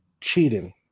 cheating